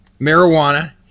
marijuana